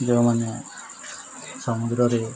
ଯେଉଁମାନେ ସମୁଦ୍ରରେ